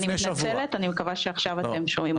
אני מתנצלת, אני מקווה שעכשיו אתם שומעים אותי.